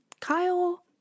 Kyle